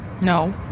No